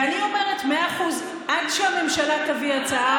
ואני אומרת: מאה אחוז, עד שהממשלה תביא הצעה